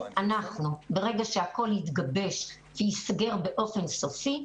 ברגע שהכול יתגבש וייסגר באופן סופי,